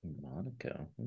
Monaco